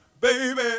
baby